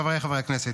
חבריי חברי הכנסת,